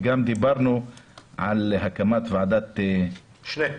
וגם דיברנו על הקמת ועדת -- משנה.